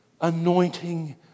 anointing